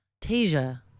Tasia